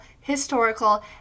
historical